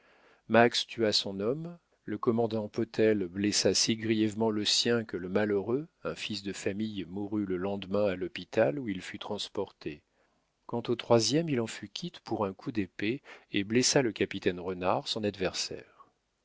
max tua son homme le commandant potel blessa si grièvement le sien que le malheureux un fils de famille mourut le lendemain à l'hôpital où il fut transporté quant au troisième il en fut quitte pour un coup d'épée et blessa le capitaine renard son adversaire